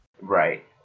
right